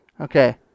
Okay